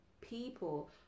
people